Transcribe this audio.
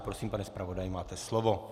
Prosím, pane zpravodaji, máte slovo.